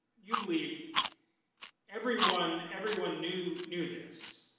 you believed everyone, everyone knew knew this.